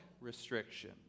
restriction